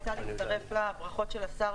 אני רוצה להצטרף לברכות של השר,